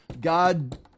God